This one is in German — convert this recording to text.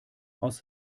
aus